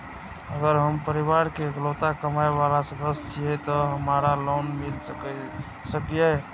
अगर हम परिवार के इकलौता कमाय वाला सदस्य छियै त की हमरा लोन मिल सकीए?